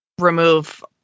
remove